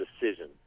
decision